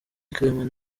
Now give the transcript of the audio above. clement